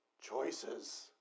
choices